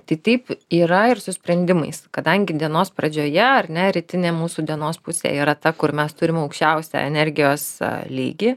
tai taip yra ir su sprendimais kadangi dienos pradžioje ar ne rytinė mūsų dienos pusė yra ta kur mes turim aukščiausią energijos lygį